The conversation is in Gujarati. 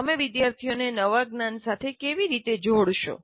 તમે વિદ્યાર્થીઓને નવા જ્ઞાન સાથે કેવી રીતે જોડશો